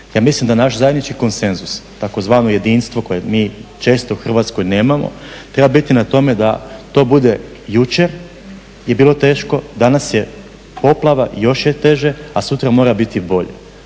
Ja mislim da naš zajednički konsenzus, tzv. jedinstvo koje mi često u Hrvatskoj nemamo, treba biti na tome da to bude, jučer je bilo teško, danas je poplava i još je teže, a sutra mora biti bolje.